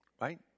right